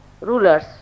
rulers